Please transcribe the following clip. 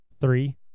three